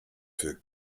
für